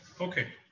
Okay